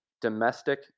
domestic